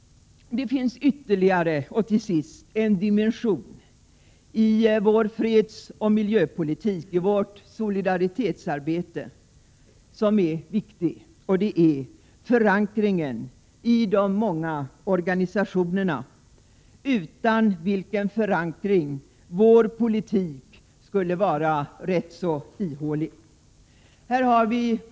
Det finns ytterligare — och till sist — en dimension i vår fredsoch miljöpolitik, i vårt solidaritetsarbete som är viktig, och det är förankringen i de många organisationerna, utan vilken vår politik skulle vara rätt så ihålig. Här har vit.ex.